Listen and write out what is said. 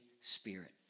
Spirit